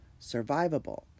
survivable